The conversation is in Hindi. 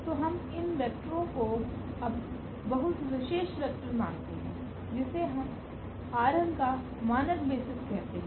तो हम इन वैक्टरों को अब बहुत विशेष वेक्टर मानते हैं जिसे हम Rnका मानक बेसिस कहते हैं